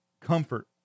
comfort